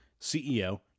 CEO